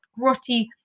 grotty